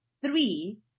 three